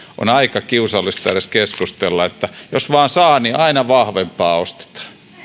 on aika kiusallista edes keskustella siitä että jos vaan saa niin aina vahvempaa ostetaan